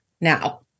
now